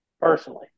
personally